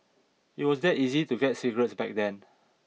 it was that easy to get cigarettes back then